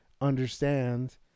understand